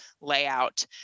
layout